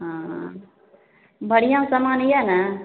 हँ बढ़िआँ समान यऽ ने